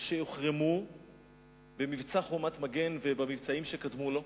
שהוחרמו במבצע "חומת מגן" ובמבצעים שקדמו לו,